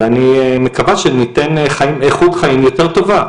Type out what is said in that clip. ואני מקווה שניתן איכות חיים יותר טובה.